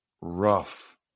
rough